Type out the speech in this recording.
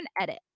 edit